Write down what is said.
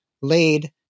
laid